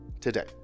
today